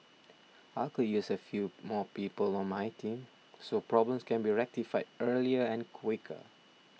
I could use a few more people on my team so problems can be rectified earlier and quicker